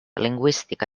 lingüística